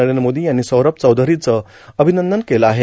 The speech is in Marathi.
नरेंद्र मोदी यांनी सौरभ चौधरीचे अभिनंदन केलं आहे